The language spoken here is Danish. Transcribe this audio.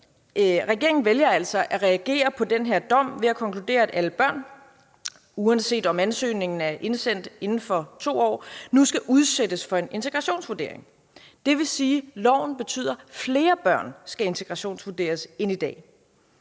regeringen altså at reagere på den her dom ved at konkludere, at alle børn, uanset om ansøgningen er indsendt inden for 2 år, nu skal udsættes for en integrationsvurdering. Det vil sige, at loven betyder, at flere børn skal integrationsvurderes i